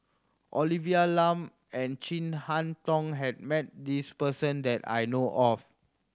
Olivia Lum and Chin Harn Tong has met this person that I know of